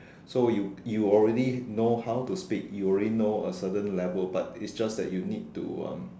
so you you already how to speak you already know a certain level but it's just that you need to um